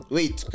Wait